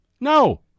No